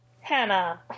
Hannah